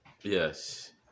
Yes